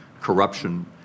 corruption